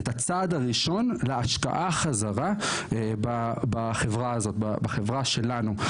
את הצעד הראשון להשקעה חזרה בחברה שלנו.